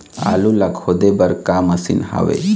आलू ला खोदे बर का मशीन हावे?